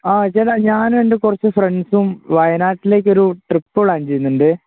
ആ ചേട്ടാ ഞാനും എൻറ്റെ കുറച്ച് ഫ്രണ്ട്സും വയനാട്ടിലേക്കൊരു ട്രിപ്പ് പ്ലാൻ ചെയ്യുന്നുണ്ട്